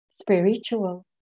spiritual